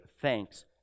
thanks